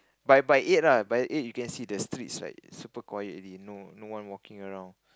by by eight lah by eight you can see the streets like super quiet already no no one walking around